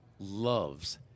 loves